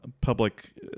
public